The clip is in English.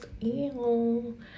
Ew